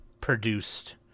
produced